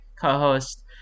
co-host